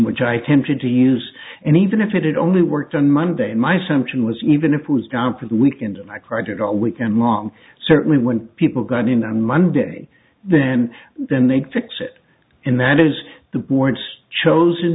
which i attempted to use and even if it only worked on monday my sumption was even if it was down for the weekend i cried all weekend long certainly when people got in on monday then then they'd fix it and that is the board's chosen